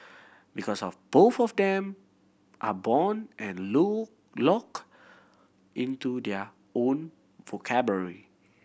because of both of them are bound and low locked into their own vocabulary